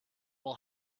will